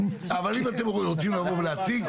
אבל אם אתם רוצים לבוא ולהציג,